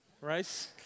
right